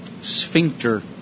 Sphincter